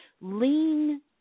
lean